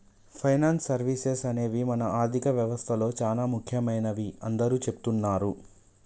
finance services అనేవి మన ఆర్థిక వ్యవస్తలో చానా ముఖ్యమైనవని అందరూ చెబుతున్నరు